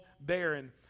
barren